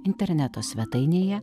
interneto svetainėje